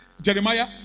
Jeremiah